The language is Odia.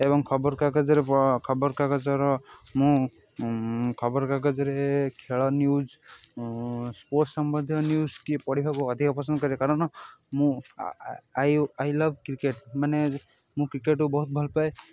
ଏବଂ ଖବରକାଗଜରେ ଖବରକାଗଜର ମୁଁ ଖବରକାଗଜରେ ଖେଳ ନ୍ୟୁଜ୍ ସ୍ପୋର୍ଟସ୍ ସମ୍ବନ୍ଧୀୟ ନ୍ୟୁଜ୍ କିଏ ପଢ଼ିବାକୁ ଅଧିକ ପସନ୍ଦ କରେ କାରଣ ମୁଁ ଆଇ ଆଇ ଲଭ୍ କ୍ରିକେଟ ମାନେ ମୁଁ କ୍ରିକେଟକୁ ବହୁତ ଭଲ ପାଏ